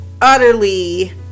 utterly